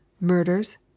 murders